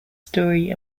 story